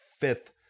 fifth